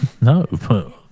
No